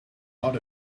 not